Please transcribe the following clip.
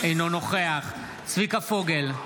אינו נוכח צביקה פוגל,